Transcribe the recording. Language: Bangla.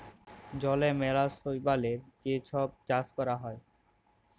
জলে ম্যালা শৈবালের যে ছব চাষ ক্যরা হ্যয়